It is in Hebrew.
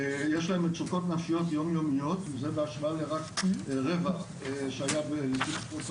יש להם מצוקות נפשיות יומיומיות וזה בהשוואה לרק רבע שהיה בלפני פרוץ